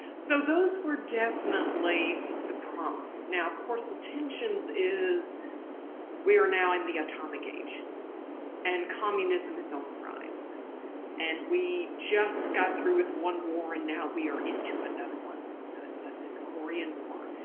so those were definitely the promise. now of course the tensions is we are now in the atomic age and communism is on the rise and we just got through with one more and now we are into another one as i said the korean war.